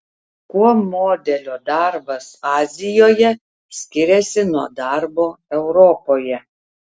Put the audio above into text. kuo modelio darbas azijoje skiriasi nuo darbo europoje